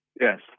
Yes